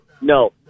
No